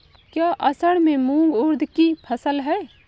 क्या असड़ में मूंग उर्द कि फसल है?